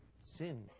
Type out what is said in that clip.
sin